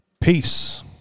Peace